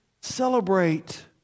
celebrate